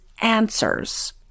answers